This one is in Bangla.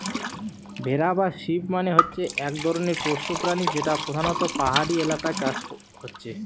ভেড়া বা শিপ মানে হচ্ছে এক ধরণের পোষ্য প্রাণী যেটা পোধানত পাহাড়ি এলাকায় চাষ হচ্ছে